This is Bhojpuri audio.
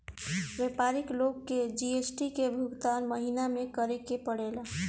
व्यापारी लोग के जी.एस.टी के भुगतान महीना में करे के पड़ेला